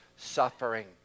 suffering